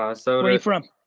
are so are you from?